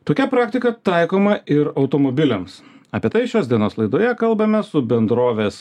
tokia praktika taikoma ir automobiliams apie tai šios dienos laidoje kalbame su bendrovės